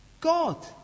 God